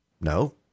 No